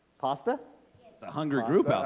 pasta? it's a hunger group,